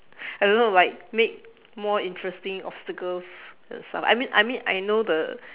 I don't know like make more interesting obstacles and stuff I mean I mean I know the